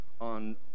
on